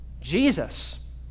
Jesus